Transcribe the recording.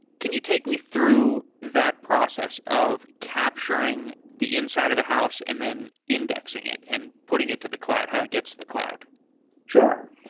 can you take me through that process of capturing the inside of a house and then indexing it and putting it to the cloud, how it gets the cloud sure.